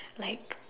like